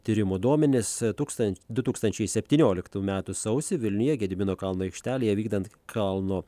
tyrimų duomenys tūkstan du tūkstančiai septynioliktų metų sausį vilniuje gedimino kalno aikštelėje vykdant kalno